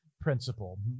principle